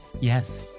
Yes